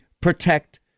protect